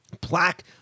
plaque